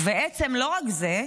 ולא רק זה,